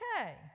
Okay